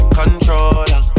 controller